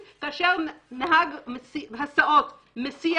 שלי, יש לי